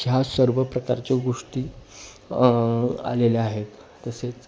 ह्या सर्व प्रकारच्या गोष्टी आलेल्या आहेत तसेच